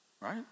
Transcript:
Right